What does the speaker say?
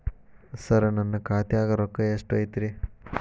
ಸರ ನನ್ನ ಖಾತ್ಯಾಗ ರೊಕ್ಕ ಎಷ್ಟು ಐತಿರಿ?